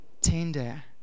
tender